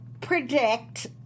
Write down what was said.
predict